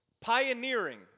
Pioneering